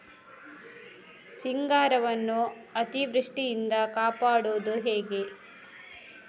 ಸಿಂಗಾರವನ್ನು ಅತೀವೃಷ್ಟಿಯಿಂದ ಕಾಪಾಡುವುದು ಹೇಗೆ?